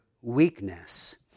weakness